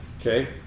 Okay